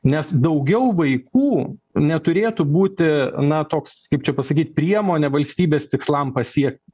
nes daugiau vaikų neturėtų būti na toks kaip čia pasakyt priemonė valstybės tikslam pasiek